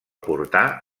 portà